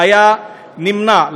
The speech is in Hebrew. הייתה נמנעת.